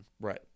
Right